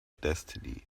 destiny